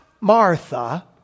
Martha